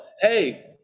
Hey